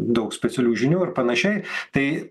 daug specialių žinių ir panašiai tai